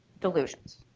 delusions.